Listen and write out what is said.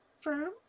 firm